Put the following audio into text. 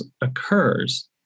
occurs